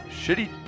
Shitty